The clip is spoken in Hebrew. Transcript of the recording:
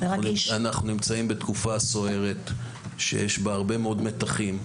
אנחנו נמצאים בתקופה סוערת שיש בה הרבה מאוד מתחים.